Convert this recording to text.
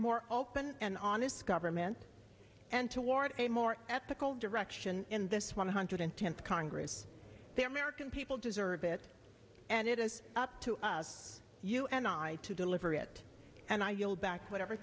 more open and honest government and toward a more ethical direction in this one hundred tenth congress the american people deserve it and it is up to us you and i to deliver it and i yield back whatever